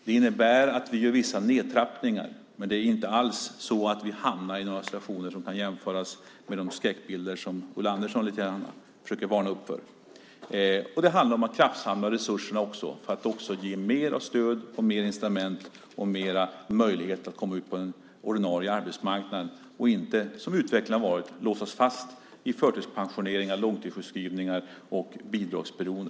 Det innebär att vi gör vissa nedtrappningar, men det är inte alls så att vi hamnar i situationer som kan jämföras med de skräckbilder som Ulla Andersson försöker måla upp och varna för. Det handlar om att kraftsamla resurserna, att ge mera stöd, mer incitament och möjligheter att komma in på den ordinarie arbetsmarknaden och inte, som utvecklingen har varit, låsa oss fast i förtidspensioneringar, långtidssjukskrivningar och bidragsberoende.